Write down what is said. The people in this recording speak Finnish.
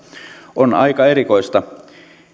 on aika erikoista